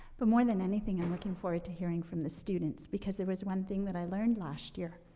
but more than anything, i'm looking forward to hearing from the students. because there was one thing that i learned last year,